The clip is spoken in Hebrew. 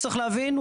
צריך להבין,